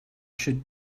should